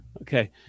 Okay